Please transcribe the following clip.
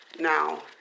Now